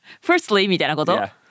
Firstly,みたいなこと